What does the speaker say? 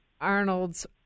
Arnold's